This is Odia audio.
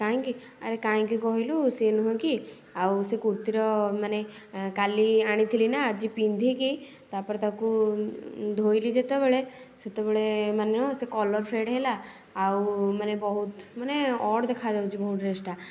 କାହିଁକି ଆରେ କାହିଁକି କହିଲୁ ସିଏ ନୁହେଁ କି ଆଉ ସେ କୁର୍ତ୍ତୀର ମାନେ କାଲି ଆଣିଥିଲି ନା ଆଜି ପିନ୍ଧି କି ତା'ପରେ ତାକୁ ଧୋଇଲି ଯେତେବେଳେ ସେତେବେଳେ ମାନେ ହଁ ସେ କଲର୍ ଫ୍ରେଡ଼୍ ହେଲା ଆଉ ମାନେ ବହୁତ ମାନେ ଅଡ଼୍ ଦେଖାଯାଉଛି ବହୁତ ଡ୍ରେସ୍ଟା